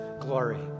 glory